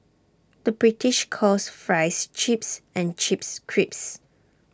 the British calls Fries Chips and Chips Crisps